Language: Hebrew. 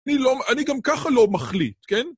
אני גם ככה לא מחליט, כן?